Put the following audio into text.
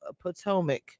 Potomac